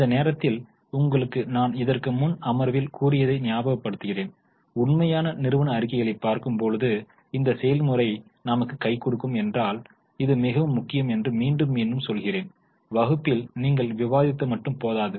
இந்த நேரத்தில் உங்களுக்கு நான் இதற்கு முன் அமர்வுகளில் கூறியதை ஞாபகப்படுத்துகிறேன் உண்மையான நிறுவன அறிக்கைகளைப் பார்க்கும்போது இந்த செயல்முறை நமக்கு கைகொடுக்கும் ஏனென்றால் இது மிகவும் முக்கியம் என்று மீண்டும் மீண்டும் சொல்கிறேன் வகுப்பில் நீங்கள் விவாதித்தது மட்டும் போதாது